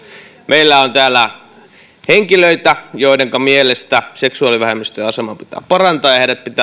meillä on täällä henkilöitä joidenka mielestä seksuaalivähemmistöjen asemaa pitää parantaa ja heidät pitää